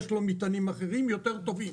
יש לו מטענים אחרים יותר טובים.